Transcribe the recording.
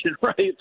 right